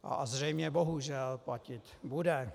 A zřejmě, bohužel, platit bude.